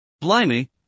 Blimey